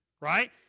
right